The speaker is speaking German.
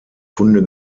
funde